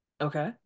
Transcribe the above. okay